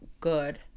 good